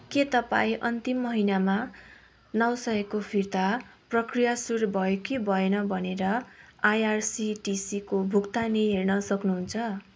के तपाईँ अन्तिम महिनामा नौ सयको फिर्ता प्रक्रिया सुरु भयो कि भएन भनेर आइआरसिटिसीको भुक्तानी हेर्न सक्नुहुन्छ